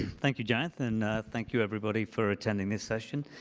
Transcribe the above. thank you, jayanth, and thank you, everybody, for attending this session.